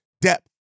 depth